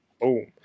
boom